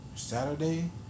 Saturday